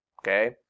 okay